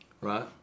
Right